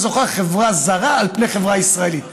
זוכה חברה זרה על פני חברה ישראלית.